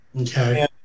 Okay